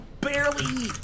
barely